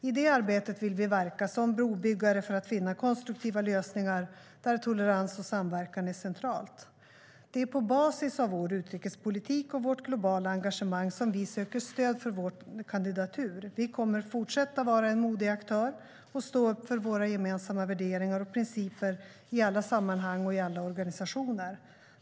I det arbetet vill vi verka som brobyggare för att finna konstruktiva lösningar där tolerans och samverkan är centralt. Det är på basis av vår utrikespolitik och vårt globala engagemang som vi söker stöd för vår kandidatur. Vi kommer att fortsätta att vara en modig aktör och stå upp för våra gemensamma värderingar och principer i alla sammanhang och i alla organisationer.